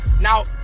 Now